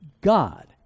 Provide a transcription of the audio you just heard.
God